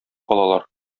калалар